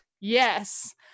Yes